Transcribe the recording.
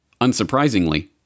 Unsurprisingly